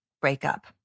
breakup